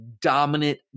dominant